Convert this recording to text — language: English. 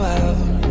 out